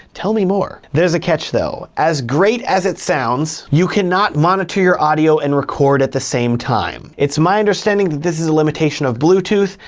tell me more. there's a catch though, as great as it sounds, you cannot monitor your audio and record at the same time. it's my understanding that this is a limitation of bluetooth,